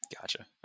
Gotcha